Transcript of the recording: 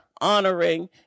honoring